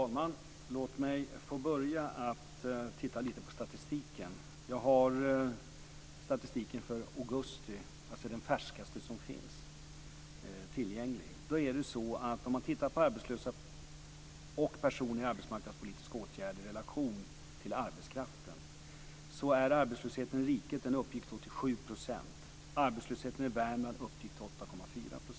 Fru talman! Låt mig få börja med att titta på statistiken. Jag har statistiken för augusti tillgänglig - den färskaste som finns. Låt oss titta på hur antalet arbetslösa och personer i arbetsmarknadspolitiska åtgärder står i relation till arbetskraften. Arbetslösheten i riket uppgick till 7 %, och arbetslösheten i Värmland uppgick till 8,4 %.